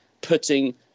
putting